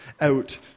out